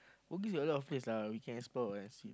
bugis a lot of place lah we can explore and see